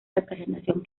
representación